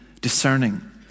discerning